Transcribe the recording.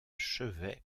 chevet